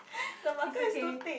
the marker is too thick